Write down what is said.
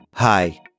Hi